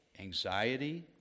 anxiety